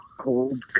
Cold